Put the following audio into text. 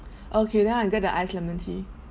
okay then I get the iced lemon tea